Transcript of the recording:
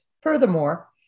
Furthermore